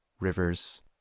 Rivers